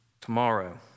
tomorrow